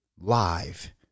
live